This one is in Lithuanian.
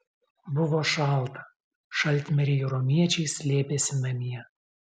buvo šalta šaltmiriai romiečiai slėpėsi namie